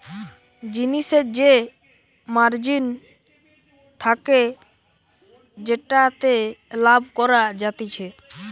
জিনিসের যে মার্জিন থাকে যেটাতে লাভ করা যাতিছে